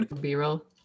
b-roll